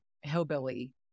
hillbilly